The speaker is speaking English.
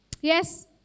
yes